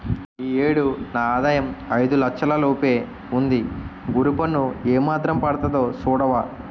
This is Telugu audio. ఈ ఏడు నా ఆదాయం ఐదు లచ్చల లోపే ఉంది గురూ పన్ను ఏమాత్రం పడతాదో సూడవా